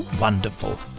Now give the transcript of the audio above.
wonderful